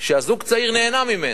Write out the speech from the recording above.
שהזוג הצעיר נהנה ממנה.